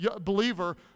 believer